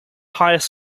highest